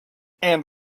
and